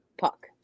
puck